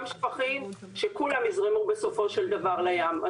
שפכים שכולם יזרמו בסופו של דבר לים.